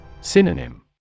Synonym